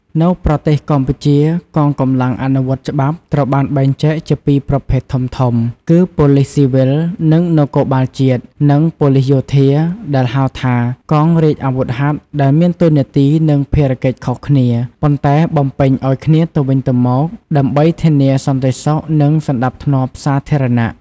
នៅប្រទេសកម្ពុជា កងកម្លាំងអនុវត្តច្បាប់ត្រូវបានបែងចែកជាពីរប្រភេទធំៗ គឺ ប៉ូលិសស៊ីវិល ឬ នគរបាលជាតិ និង ប៉ូលិសយោធា ដែលហៅថា កងរាជអាវុធហត្ថ ដែលមានតួនាទី និងភារកិច្ចខុសគ្នា ប៉ុន្តែបំពេញឲ្យគ្នាទៅវិញទៅមកដើម្បីធានាសន្តិសុខ និងសណ្ដាប់ធ្នាប់សាធារណៈ។